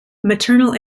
maternal